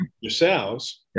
yourselves